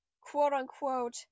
quote-unquote